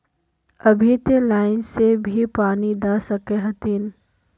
अभी ते लाइन से भी पानी दा सके हथीन?